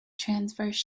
transverse